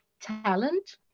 talent